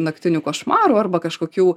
naktinių košmarų arba kažkokių